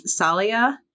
Salia